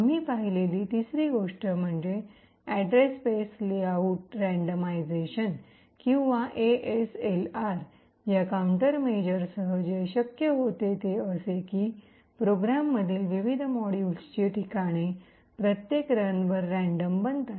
आम्ही पाहिलेली तिसरी गोष्ट म्हणजे अड्रेस स्पेस लेआउट रँडमाइझेशन किंवा एएसएलआर या काउंटरमेसरसह जे शक्य होते ते असे की प्रोग्राममधील विविध मॉड्यूल्सची ठिकाणे प्रत्येक रनवर सहजगत्या रैन्डम random बनतात